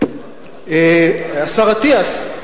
השר אטיאס,